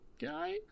guy